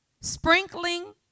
sprinkling